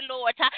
Lord